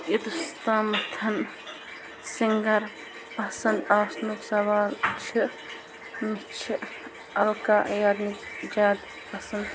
یوٚتَس تامَتھ سِنٛگَر پسنٛد آسٕنکۍ سوال چھِ مےٚ چھِ القا یاگی زیادٕ پسنٛد